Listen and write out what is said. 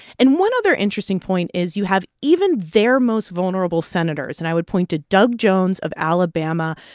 and one other interesting point is you have even their most vulnerable senators and i would point to doug jones of alabama.